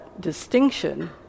distinction